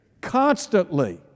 constantly